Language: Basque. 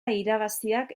irabaziak